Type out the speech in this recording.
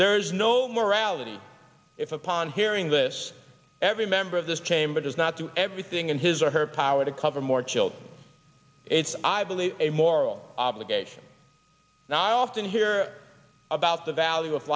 there's no morality if upon hearing this every member of this chamber does not do everything in his or her power to cover more children it's i believe a moral obligation now i often hear about the value of